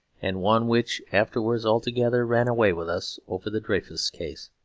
and one which afterwards altogether ran away with us over the dreyfus case.